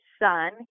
son